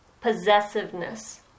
possessiveness